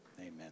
Amen